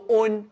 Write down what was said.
own